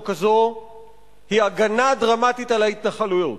הזאת היא הגנה דרמטית על ההתנחלויות.